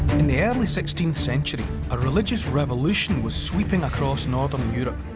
in the early sixteenth century, a religious revolution was sweeping across northern europe.